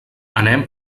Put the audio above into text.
anem